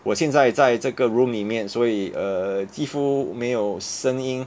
我现在在这个 room 里面所以 err 几乎没有声音